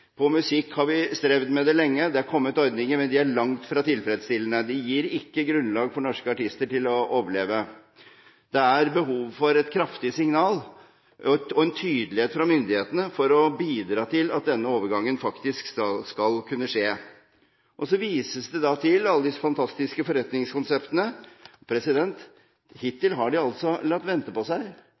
har vi strevd med det lenge. Det er kommet ordninger, men de er langt fra tilfredsstillende. De gir ikke grunnlag for norske artister til å overleve. Det er behov for et kraftig signal og en tydelighet fra myndighetene for å bidra til at denne overgangen faktisk skal kunne skje. Så vises det til alle disse fantastiske forretningskonseptene. Hittil har de altså latt vente på seg.